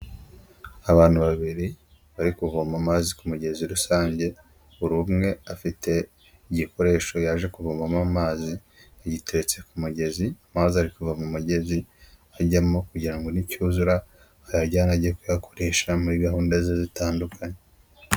Abantu babiri bari kuvoma amazi ku mugezi rusange, buri umwe afite igikoresho yaje kuvomamo amazi, yagiteretse ku mugezi amazi ari kuva mu mugezi ajyamo kugira nicyuzura ayajyane ajye ku ayakoresha muri gahunda ze zitandukanye.